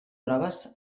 proves